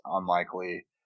unlikely